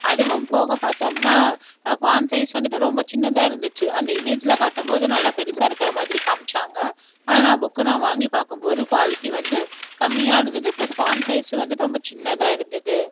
அதுவும் போக பார்த்தோம்னா ஃபாண்ட்ஸ் சைஸ் வந்துவிட்டு ரொம்ப சின்னதாக இருந்துச்சு அந்த இமேஜில் காட்டும்போது நல்லா பெருசாக இருக்கிற மாதிரி காம்மிச்சாங்க ஆனால் நான் புக்கு நான் வாங்கி பார்க்கும்போது குவாலிட்டி வந்து கம்மியாக இருந்தது ப்ளஸ் ஃபாண்ட்ஸ் சைஸும் வந்துவிட்டு ரொம்ப சின்னதாக இருந்தது